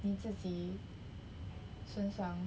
你自己身上